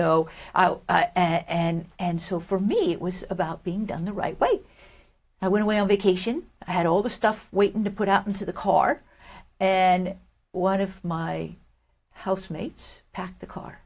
know and and so for me it was about being done the right way i went away on vacation i had all the stuff we put out into the car and one of my housemates packed the car